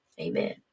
amen